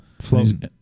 Floating